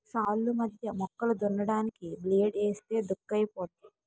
సాల్లు మధ్య మొక్కలు దున్నడానికి బ్లేడ్ ఏస్తే దుక్కైపోద్ది